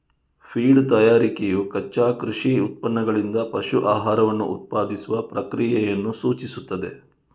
feed ತಯಾರಿಕೆಯು ಕಚ್ಚಾ ಕೃಷಿ ಉತ್ಪನ್ನಗಳಿಂದ ಪಶು ಆಹಾರವನ್ನು ಉತ್ಪಾದಿಸುವ ಪ್ರಕ್ರಿಯೆಯನ್ನು ಸೂಚಿಸುತ್ತದೆ